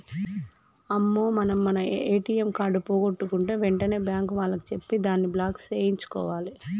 అమ్మో మనం మన ఏటీఎం కార్డు పోగొట్టుకుంటే వెంటనే బ్యాంకు వాళ్లకి చెప్పి దాన్ని బ్లాక్ సేయించుకోవాలి